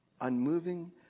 unmoving